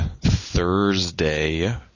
Thursday